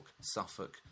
Suffolk